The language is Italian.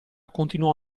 continuò